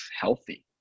healthy